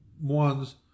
ones